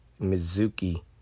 Mizuki